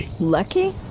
Lucky